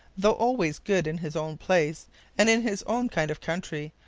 though always good in his own place and in his own kind of country,